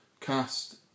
Cast